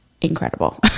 incredible